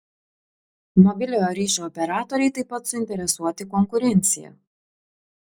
mobiliojo ryšio operatoriai taip pat suinteresuoti konkurencija